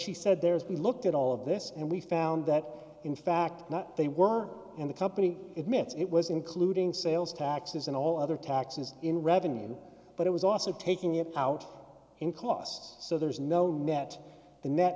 she said there is be looked at all of this and we found that in fact that they were in the company admits it was including sales taxes and all other taxes in revenue but it was also taking it out in cost so there is no net the net